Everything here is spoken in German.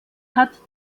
hat